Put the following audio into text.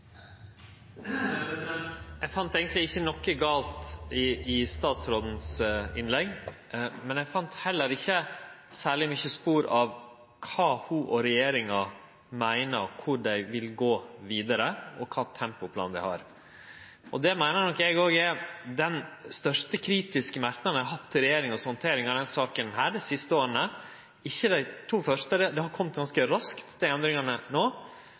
Eg fann eigentleg ikkje noko gale i statsråden sitt innlegg, men eg fann heller ikkje særleg mange spor av kvar ho og regjeringa meiner dei vil gå vidare, og kva for tempoplan dei har. Det meiner nok eg òg er den mest kritiske merknaden eg har hatt til regjeringa si handtering av denne saka dei siste åra – ikkje dei to første. Dei endringane har kome ganske raskt